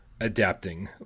adapting